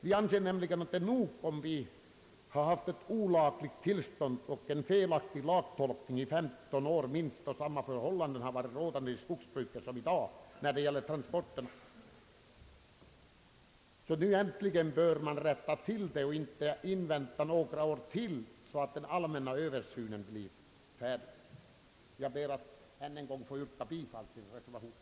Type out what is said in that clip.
Vi anser nämligen att det är tillräckligt att vi haft ett olagligt tillstånd och en felaktig lagtolkning i skogsbruket under minst 15 år, då samma förhållanden beträffande transporter varit rådande. Nu bör äntligen detta rättas till utan att man väntar ytterligare några år tills den allmänna översynen blir klar. Jag ber, herr talman, att än en gång få yrka bifall till reservationen.